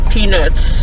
Peanuts